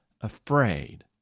afraid